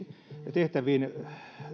tehtäviin